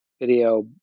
video